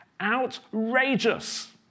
Outrageous